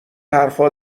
حرفا